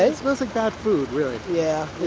and smells like bad food really yeah, yeah.